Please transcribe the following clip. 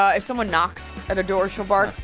yeah if someone knocks at a door, she'll bark.